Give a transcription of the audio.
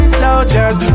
soldiers